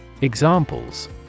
Examples